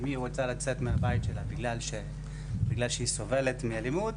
אם היא רוצה לצאת מהבית שלה בגלל שהיא סובלת מאלימות,